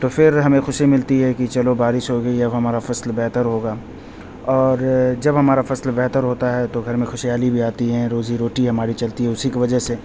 تو پھر ہمیں خوشی ملتی ہے کہ چلو بارش ہو گئی اب ہمارا فصل بہتر ہوگا اور جب ہمارا فصل بہتر ہوتا ہے تو گھر میں خوشحالی آتی ہے روزی روٹی ہماری چلتی ہے اسی کی وجہ سے